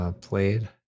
Played